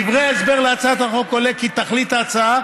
מדברי ההסבר להצעת החוק עולה כי תכלית ההצעה